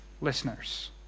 listeners